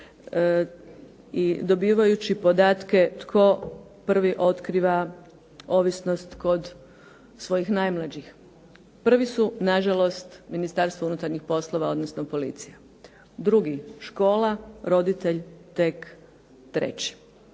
i dobivajući podatke tko prvi otkriva ovisnost kod svojih najmlađih. Prvi su na žalost Ministarstvo unutarnjih poslova, odnosno policija. Drugi škola, roditelj tek treći.